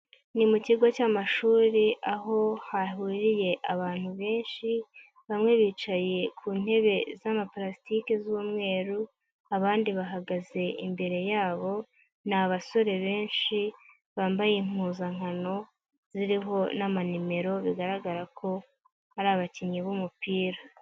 Ni mu kigo cy'amashuri aho hahuriye abantu benshi bamwe bicaye ku ntebe z'amapalasitike z'umweru, abandi bahagaze imbere yabo, ni abasore benshi bambaye impuzankano ziriho n'ama nimero bigaragara ko ari abakinnyi b'umupira.